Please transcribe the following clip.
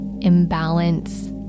imbalance